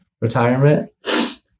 retirement